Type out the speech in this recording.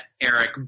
Eric